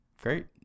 great